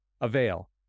Avail